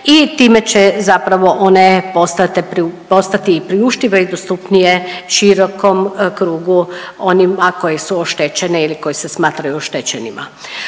i time će zapravo one postati i priuštive i dostupnije širokom krugu onima koje su oštećene ili koji se smatraju oštećenima.